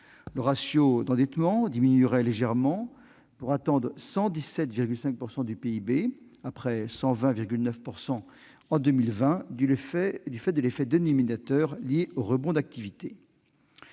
Le ratio d'endettement diminuerait légèrement pour atteindre 117,5 % du PIB, après 120,9 % en 2020, du fait de l'effet dénominateur lié au rebond de l'activité.